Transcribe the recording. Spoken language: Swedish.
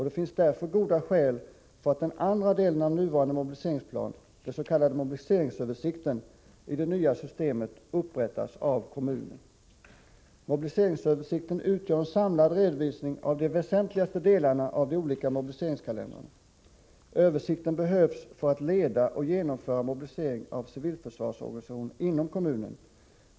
Det finns därför goda skäl för att den andra delen av nuvarande mobiliseringsplan — den s.k. mobiliseringsöversikten — i det nya systemet upprättas av kommunen. Mobiliseringsöversikten utgör en samlad redovisning av de väsentligaste delarna av de olika mobiliseringskalendrarna. Översikten behövs för att man skall kunna leda och genomföra mobilisering av civilförsvarsorganisationen inom kommunen.